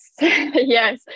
yes